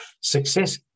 success